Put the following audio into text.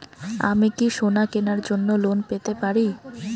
আমি কি সোনা কেনার জন্য লোন পেতে পারি?